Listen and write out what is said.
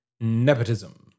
Nepotism